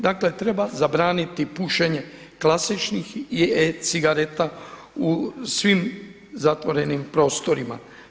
Dakle treba zabraniti pušenje klasičnih i e-cigareta u svim zatvorenim prostorima.